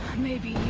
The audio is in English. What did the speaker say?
maybe